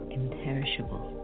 imperishable